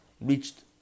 reached